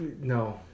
No